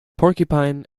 porcupine